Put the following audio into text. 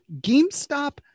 GameStop